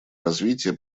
развития